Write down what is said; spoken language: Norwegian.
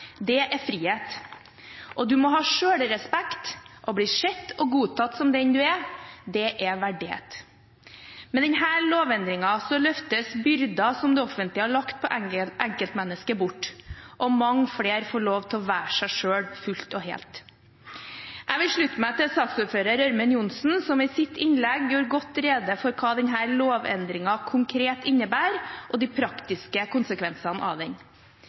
det er frihet, og du må ha selvrespekt og bli sett og godtatt som den du er – det er verdighet. Med denne lovendringen løftes byrder som det offentlige har lagt på enkeltmennesket, bort, og mange flere får lov til å være seg selv fullt og helt. Jeg vil slutte meg til saksordfører Kristin Ørmen Johnsen, som i sitt innlegg gjorde godt rede for hva denne lovendringen konkret innebærer, og de praktiske konsekvensene av den.